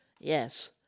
yes